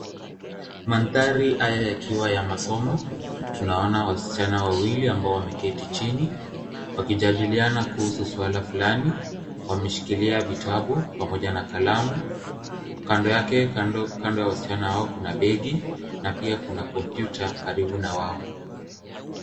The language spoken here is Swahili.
Manthari haya yakiwa ya masomo tunaona wasichana wawili ambao wameketi chini wakijadiliana kuhusu swala fulani, wameshikilia vitabu pamoja na kalamu. Kando ya wasichana hao kuna begi na pia kuna kompyuta karibu na wao.